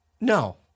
No